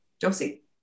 Josie